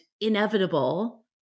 inevitable